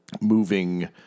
moving